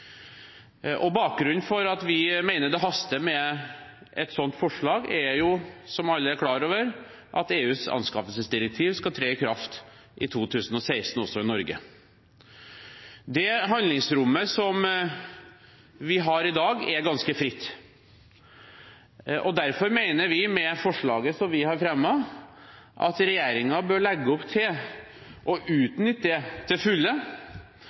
Bakgrunnen for at vi mener det haster med et sånt forslag, er – som alle er klar over – at EUs anskaffelsesdirektiv skal tre i kraft i 2016 også i Norge. Det handlingsrommet vi har i dag, er ganske fritt. Derfor mener vi, med forslaget vi har fremmet, at regjeringen bør legge opp til å utnytte det til fulle,